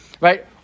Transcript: right